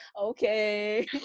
okay